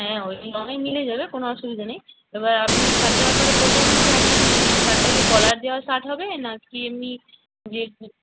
হ্যাঁ অনেক দিনই যাবে কোনো আসুবিধা নেই তবে আপনি শার্টটার ব্যাপারে বললেন না যে আপনি শার্টটার কি কলার দেওয়া শার্ট হবে না কি এমনি যে